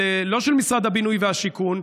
לא של משרד הבינוי והשיכון,